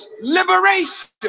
liberation